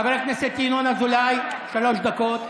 חבר הכנסת ינון אזולאי, שלוש דקות.